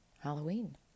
Halloween